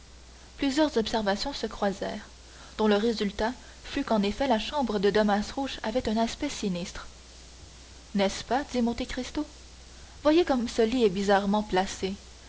plusieurs observations se croisèrent dont le résultat fut qu'en effet la chambre de damas rouge avait un aspect sinistre n'est-ce pas dit monte cristo voyez donc comme ce lit est bizarrement placé